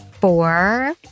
four